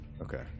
Okay